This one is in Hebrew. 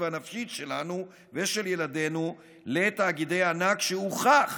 והנפשית שלנו ושל ילדינו לתאגידי ענק שהוכח